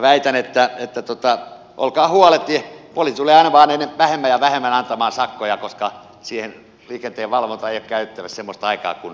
väitän että olkaa huoleti poliisi tulee aina vaan vähemmän ja vähemmän antamaan sakkoja koska siihen liikenteen valvontaan ei ole käytettävissä semmoista aikaa kuin aikaisemmin oli